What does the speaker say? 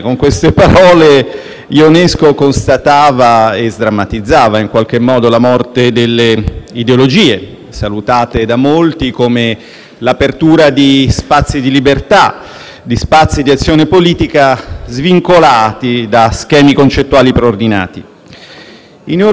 ideologie, salutata da molti come l'apertura di spazi di libertà e di azione politica svincolati da schemi concettuali preordinati. In Europa la morte delle ideologie si è tradotta nel considerare ammissibile un'unica ideologia: